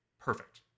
perfect